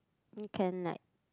you can like